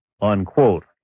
unquote